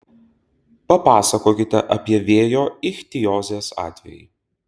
papasakokite apie vėjo ichtiozės atvejį